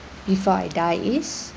before I die is